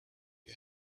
you